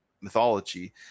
mythology